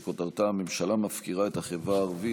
שכותרתה: הממשלה מפקירה את החברה הערבית,